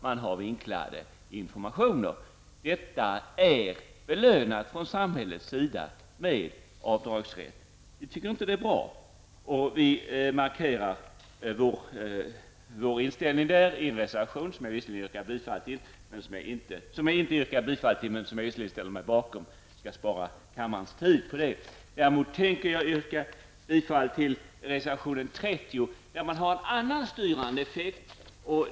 Man ger vinklade informationer. Detta är belönat från samhällets sida med avdragsrätt. Det tycker vi inte är bra. Vi markerar vår inställning i en reservation som jag visserligen inte tänker yrka bifall till, för att spara kammarens tid, men som jag naturligtvis ställer mig bakom. Däremot tänker jag yrka bifall till reservation 30, som gäller en annan styrande effekt.